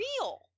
real